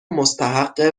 مستحق